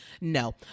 No